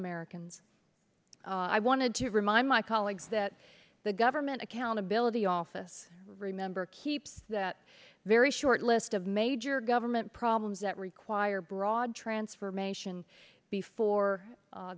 americans i wanted to remind my colleagues that the government accountability office remember keeps that very short list of major government problems that require broad transformation before